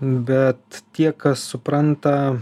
bet tie kas supranta